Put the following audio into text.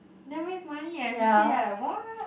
then waste money leh see then I like what